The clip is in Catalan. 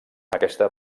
aquesta